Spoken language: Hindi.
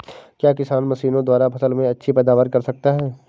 क्या किसान मशीनों द्वारा फसल में अच्छी पैदावार कर सकता है?